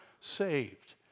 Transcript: saved